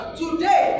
today